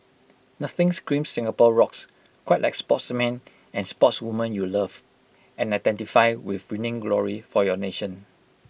nothing screams Singapore rocks quite like sportsman and sportswoman you love and identify with winning glory for your nation